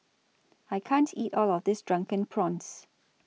I can't eat All of This Drunken Prawns